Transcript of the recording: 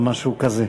או משהו כזה.